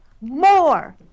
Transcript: more